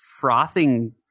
frothing